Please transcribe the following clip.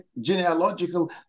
genealogical